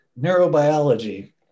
neurobiology